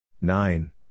Nine